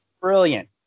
brilliant